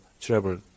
travel